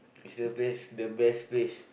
is the place the best place